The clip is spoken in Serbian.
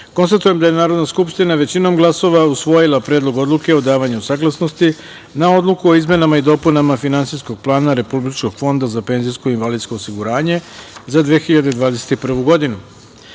jedan. Konstatujem da je Narodna skupština većinom glasova usvojila Predlog odluke o davanju saglasnosti na Odluku o izmenama i dopunama Finansijskog plana Republičkog fonda za penzijsko i invalidsko osiguranje za 2021. godinu.2.